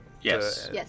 Yes